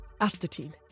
astatine